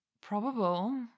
probable